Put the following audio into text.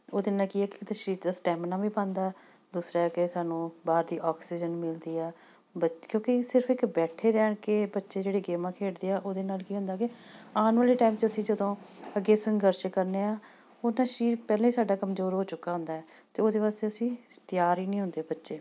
ਉਹਦੇ ਨਾਲ ਕੀ ਆ ਕਿ ਸਰੀਰ ਦਾ ਸਟੈਮਿਨਾ ਵੀ ਬਣਦਾ ਦੂਸਰਾ ਹੈ ਕਿ ਸਾਨੂੰ ਬਾਹਰ ਦੀ ਔਕਸੀਜਨ ਮਿਲਦੀ ਆ ਬੱਚ ਕਿਉਂਕਿ ਸਿਰਫ਼ ਇੱਕ ਬੈਠੇ ਰਹਿ ਕੇ ਬੱਚੇ ਜਿਹੜੇ ਗੇਮਾਂ ਖੇਡਦੇ ਆ ਉਹਦੇ ਨਾਲ ਕੀ ਹੁੰਦਾ ਕਿ ਆਉਣ ਵਾਲੇ ਟਾਈਮ 'ਚ ਅਸੀਂ ਜਦੋਂ ਅੱਗੇ ਸੰਘਰਸ਼ ਕਰਨੇ ਆ ਉਹ ਤਾਂ ਸਰੀਰ ਪਹਿਲਾਂ ਹੀ ਸਾਡਾ ਕਮਜ਼ੋਰ ਹੋ ਚੁੱਕਾ ਹੁੰਦਾ ਹੈ ਅਤੇ ਉਹਦੇ ਵਾਸਤੇ ਅਸੀਂ ਤਿਆਰ ਹੀ ਨਹੀਂ ਹੁੰਦੇ ਬੱਚੇ